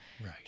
Right